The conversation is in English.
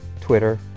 Twitter